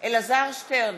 אלעזר שטרן,